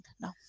now